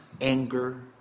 Anger